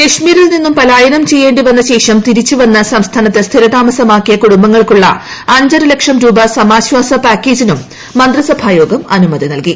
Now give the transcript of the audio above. കശ്മീരിൽ നിന്നും പലായനം ചെയ്യേ ി വന്ന ശേഷം തിരിച്ചു വന്ന് സംസ്ഥാനത്ത് സ്ഥിര താമസമാക്കിയ കുടുംബങ്ങൾക്കുള്ള അഞ്ചരലക്ഷം രൂപ സമാശ്വാസ പാക്കേജിനും മന്ത്രിസഭായോഗം അനുമതി നൽകി